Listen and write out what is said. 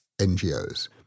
NGOs